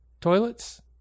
toilets